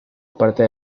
parte